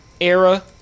era